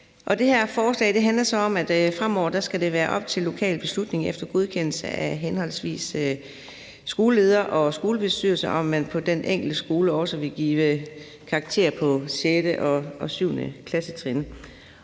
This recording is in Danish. Det her forslag handler om, at fremover skal det være op til en lokal beslutning efter godkendelse af henholdsvis skoleleder og skolebestyrelse, om man på den enkelte skole også vil give karakterer på 6. og 7. klassetrin.